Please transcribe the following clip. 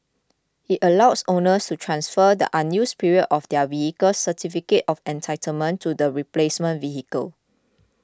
it allows owners to transfer the unused period of their vehicle's certificate of entitlement to the replacement vehicle